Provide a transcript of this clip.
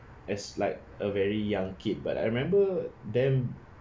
as like a very young kid but I remember them